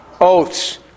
oaths